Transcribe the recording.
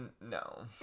no